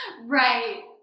Right